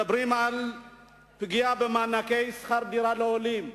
מדברים על פגיעה במענקי שכר-דירה לעולים,